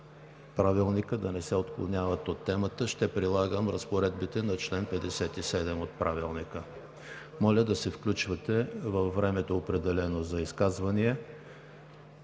Правилника, да не се отклоняват от темата – ще прилагам разпоредбите на чл. 57 от Правилника. Моля да се включвате във времето, определено за изказвания.